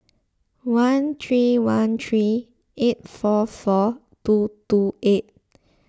one three one three eight four four two two eight